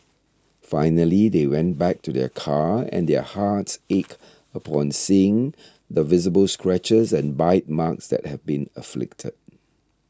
finally they went back to their car and their hearts ached upon seeing the visible scratches and bite marks that had been inflicted